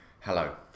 Hello